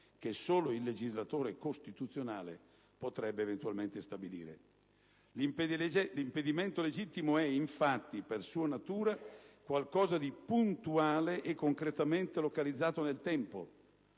che solo il legislatore costituzionale potrebbe eventualmente stabilire. L'impedimento legittimo è, infatti, per sua natura, qualcosa di puntuale e concretamente localizzato nel tempo: